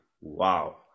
Wow